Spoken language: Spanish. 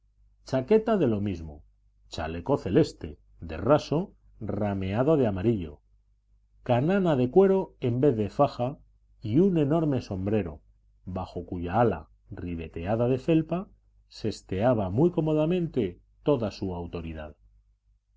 chaqueta de lo mismo chaleco celeste de raso rameado de amarillo canana de cuero en vez de faja y un enorme sombrero bajo cuya ala ribeteada de felpa sesteaba muy cómodamente toda su autoridad